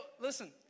listen